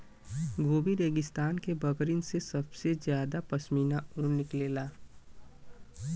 Gobi रेगिस्तान के बकरिन से सबसे जादा पश्मीना ऊन निकलला